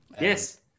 Yes